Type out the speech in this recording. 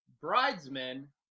bridesmen